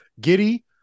Giddy